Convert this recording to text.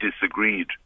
disagreed